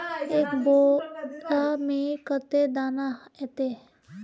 एक बोड़ा में कते दाना ऐते?